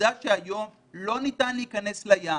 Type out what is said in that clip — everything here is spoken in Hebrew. העובדה שהיום לא ניתן להיכנס לים,